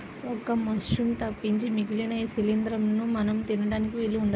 ఒక్క మశ్రూమ్స్ తప్పించి మిగిలిన ఏ శిలీంద్రాలనూ మనం తినడానికి వీలు ఉండదు